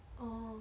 oh